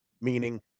meaning